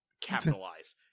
capitalize